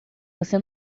você